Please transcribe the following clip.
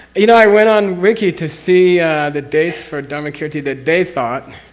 you know i went on wiki to see the dates for dharmakirti that they thought,